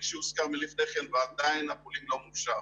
שהוזכר מלפני כן ועדיין הפולינג לא מאושר,